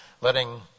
letting –